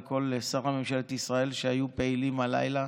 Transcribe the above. לכל שרי ממשלת ישראל שהיו פעילים הלילה